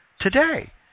Today